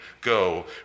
go